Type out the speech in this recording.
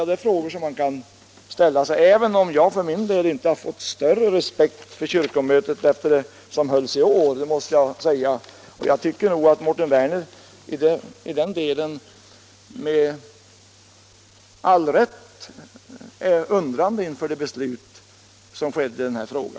Det är frågor som man kan ställa sig. Jag har för min del inte fått större respekt för kyrkomötet efter det som hölls i år — det måste jag säga. I den delen tycker jag att Mårten Werner i Malmö med all rätt är undrande inför det beslut som fattades i denna fråga.